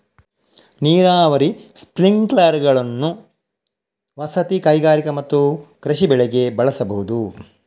ನೀರಾವರಿ ಸ್ಪ್ರಿಂಕ್ಲರುಗಳನ್ನು ವಸತಿ, ಕೈಗಾರಿಕಾ ಮತ್ತು ಕೃಷಿ ಬಳಕೆಗೆ ಬಳಸಬಹುದು